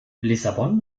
lissabon